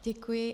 Děkuji.